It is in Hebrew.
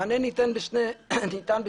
מענה ניתן בשני מתווים.